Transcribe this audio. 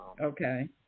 Okay